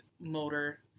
motor